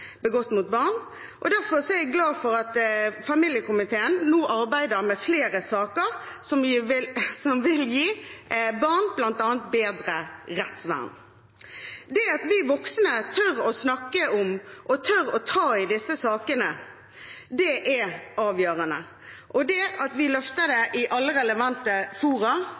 begått mot barn. Derfor er jeg glad for at familiekomiteen nå arbeider med flere saker som vil gi barn bl.a. bedre rettsvern. Det at vi voksne tør å snakke om og tør å ta i disse sakene, er avgjørende, og det er også vår plikt å løfte dem i alle relevante fora,